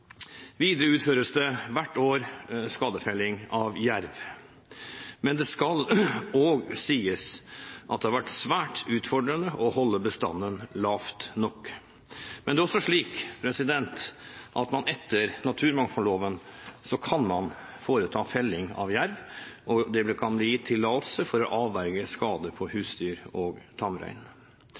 Videre utføres det hvert år skadefelling av jerv, men det skal også sies at det har vært svært utfordrende å holde bestanden lav nok. Men det er også slik at man etter naturmangfoldloven kan foreta felling av jerv. Det kan gis tillatelse for å avverge skade på husdyr og tamrein.